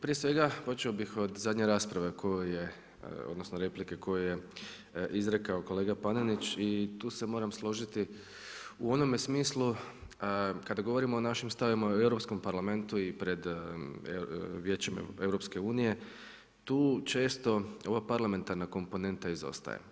Prije svega, počeo bi od zadnje rasprave, odnosno, replike, koju je izrekao kolega Panenić i tu se moram složiti u onome smislu, kada govorimo o našim stavovima u Europskom parlamentu i pred Vijećem EU, tu često ova parlamentarna komponenta izostaje.